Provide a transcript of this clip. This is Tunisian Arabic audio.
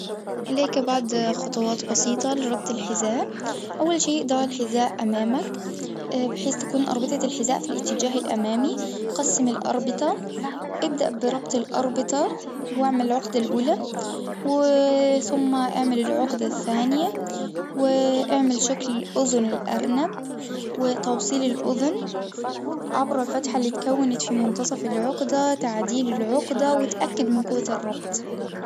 إلك بعض خطوات بسيطة لربط الحزام أول شيء ضع الحذاء أمامك، بشرط تكون أربطة الحذاء في الاتجاه الأمامي، قسّم الأربطة، ابدأ بربط الأربطة واعمل العقدة الأولى، و ثم اعمل العقدة الثانية و اعمل شكل الاذن أرنب، وتوصيل الأذن، عبر الفتحة اللي اتكونت في منتصف العقدة تعديل العقدة، واتأكد من قوة الربط.